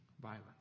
violence